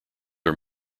are